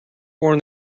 warn